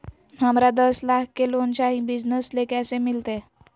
हमरा दस लाख के लोन चाही बिजनस ले, कैसे मिलते?